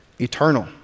eternal